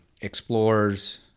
explores